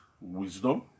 wisdom